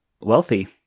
Wealthy